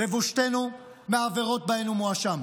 לבושתנו, מהעבירות שבהן הוא מואשם.